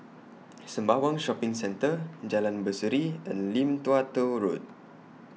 Sembawang Shopping Centre Jalan Berseri and Lim Tua Tow Road